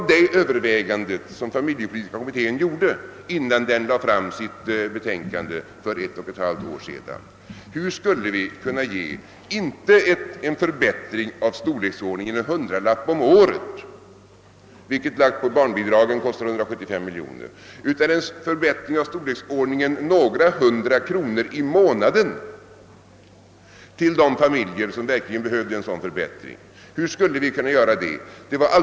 Ett övervägande som familjepolitiska kommittén gjorde innan den lade fram sitt betänkande för ett och ett halvt år sedan var just detta, hur vi skulle kunna ge inte en förbättring av storleks ordningen en hundralapp om året — en förbättring som, om den läggs på barnbidragen, skulle kosta 175 miljoner kronor — utan en förbättring av storleksordningen några hundra kronor i månaden till de familjer som verkligen behövde en sådan förbättring.